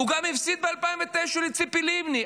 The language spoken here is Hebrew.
הוא גם הפסיד ב-2009 לציפי לבני,